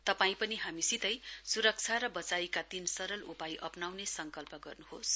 तपाई पनि हामीसितै सुरक्षा र वचाइका तीन सरल उपाय अप्नाउने संकल्प गर्नुहोस